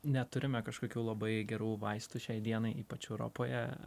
neturime kažkokių labai gerų vaistų šiai dienai ypač europoje